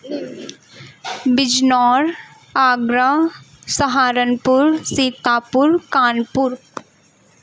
Bijnor Agra Saharanpur Sitapur Kanpur